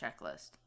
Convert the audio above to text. checklist